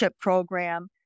program